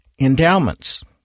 endowments